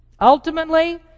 Ultimately